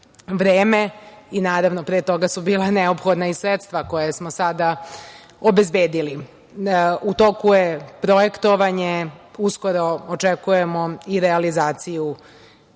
vreme i pre toga su bila neophodna i sredstva koja smo sada obezbedili. U toku je projektovanje. Uskoro očekujemo i realizaciju